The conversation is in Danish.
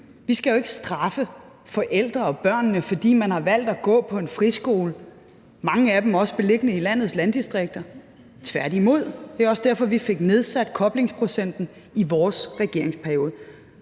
Vi skal jo ikke straffe forældrene og børnene, fordi man har valgt at gå på en friskole – mange af dem er også beliggende i landets landdistrikter – tværtimod. Det var også derfor, vi fik nedsat koblingsprocenten i vores regeringsperiode.